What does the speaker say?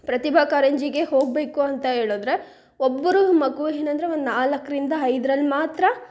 ಪ್ರತಿಭಾ ಕಾರಂಜಿಗೆ ಹೋಗಬೇಕು ಅಂತ ಹೇಳಿದ್ರೆ ಒಬ್ಬರು ಮಗು ಏನಂದ್ರೆ ಒಂದು ನಾಲ್ಕರಿಂದ ಐದರಲ್ಲಿ ಮಾತ್ರ